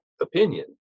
opinion